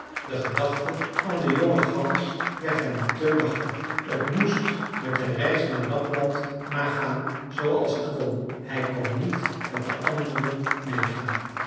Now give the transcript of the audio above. de gedachte aan de jonge gans werd hem te machtig t moest met de reis naar lapland maar gaan zooals t kon hij kon niet met de anderen